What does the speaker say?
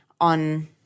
on